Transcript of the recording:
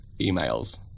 emails